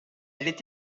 est